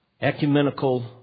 ecumenical